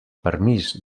permís